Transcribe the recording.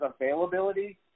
availability